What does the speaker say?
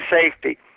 safety